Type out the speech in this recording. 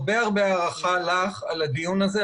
הרבה הרבה הערכה לך על הדיון הזה,